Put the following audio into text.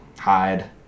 hide